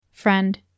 friend